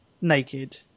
naked